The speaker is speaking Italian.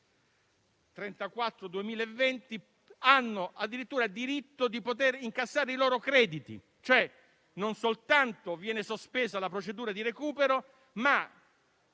2020, hanno diritto di poter incassare i loro crediti. Non soltanto viene sospesa la procedura di recupero, ma